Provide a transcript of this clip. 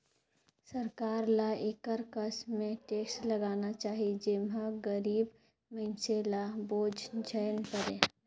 सरकार ल एकर कस में टेक्स लगाना चाही जेम्हां गरीब मइनसे ल बोझ झेइन परे